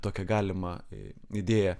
tokią galimą idėją